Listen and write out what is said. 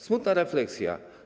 Smutna refleksja.